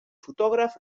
fotògraf